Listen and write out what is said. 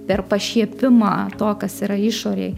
per pašiepimą to kas yra išorėj